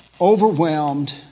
overwhelmed